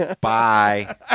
Bye